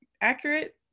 accurate